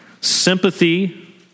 sympathy